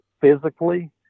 physically